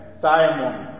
Simon